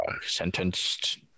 sentenced